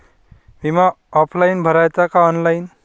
बिमा ऑफलाईन भराचा का ऑनलाईन?